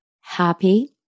happy